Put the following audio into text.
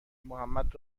محمد